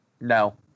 No